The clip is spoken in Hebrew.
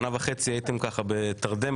שנה וחצי הייתם ככה בתרדמת,